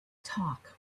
talk